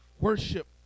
Worship